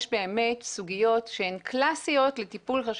יש באמת סוגיות שהן קלאסיות לטיפול של